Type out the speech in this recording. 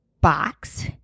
box